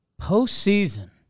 postseason